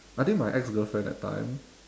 I think my ex girlfriend that time